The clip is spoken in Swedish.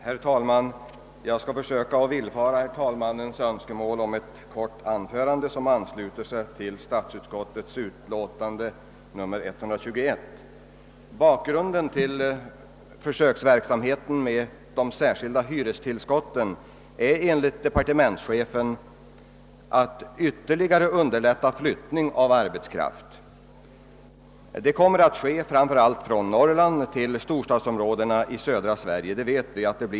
Herr talman! Jag skall försöka vill Tara herr talmannens önskemål om ett kort anförande, som ansluter sig till ;statsutskottets utlåtande nr 121. Bakgrunden till försöksverksamheten med de särskilda hyrestillskotten är enligt departementschefen en önskan att ytterligare underlätta flyttning av arbetskraft. Denna kommer att försiggå framför allt från Norrland till stor ;stadsområdena i södra Sverige, det vet vi.